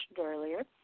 earlier